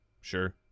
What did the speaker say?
Sure